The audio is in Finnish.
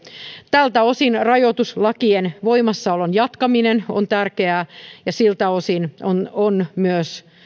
tältä osin rajoituslakien voimassaolon jatkaminen on tärkeää ja siltä osin on on myös